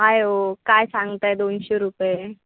काय हो काय सांगताय दोनशे रुपये